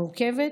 מורכבת,